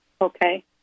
Okay